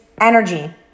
energy